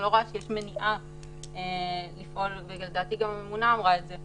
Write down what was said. אני לא רואה שיש מניעה לפעול ולדעתי גם הממונה אמרה את זה.